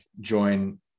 join